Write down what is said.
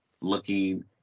Looking